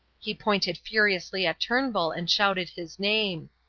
he pointed furiously at turnbull and shouted his name.